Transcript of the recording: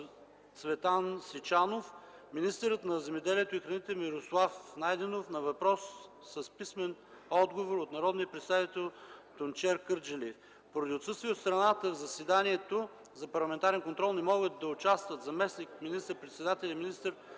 Цветан Сичанов; - министърът на земеделието и храните Мирослав Найденов на въпрос с писмен отговор от народния представител Тунчер Кърджалиев. Поради отсъствие от страната в заседанието за парламентарен контрол не могат да участват заместник министър-председателят и министър